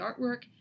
artwork